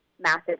massive